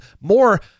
more